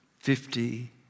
Fifty